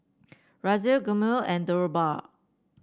Razia Gurmeet and Dhirubhai